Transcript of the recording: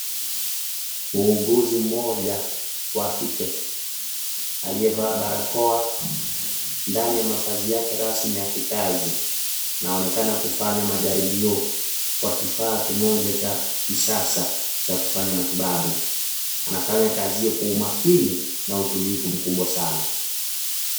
Muuguzi mmoja wa kike aliyevaa barakoa ndani ya mavazi yake rasmi ya kikazi anaonekana kufanya majaribio kwa kifaa kimoja cha kisasa cha kufanya matibabu anafanya kazi hiyo kwa umakini na utulivu mkubwa sana